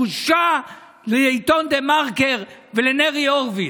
בושה לעיתון דה-מרקר ולנרי הורוביץ.